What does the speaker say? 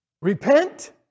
Repent